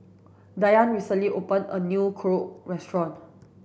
Dayne recently opened a new Korokke restaurant